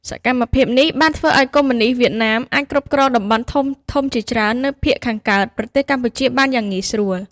សកម្មភាពនេះបានធ្វើឱ្យកុម្មុយនិស្តវៀតណាមអាចគ្រប់គ្រងតំបន់ធំៗជាច្រើននៅភាគខាងកើតប្រទេសកម្ពុជាបានយ៉ាងងាយស្រួល។